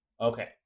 Okay